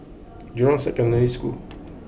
Jurong Secondary School